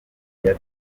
uyu